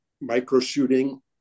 micro-shooting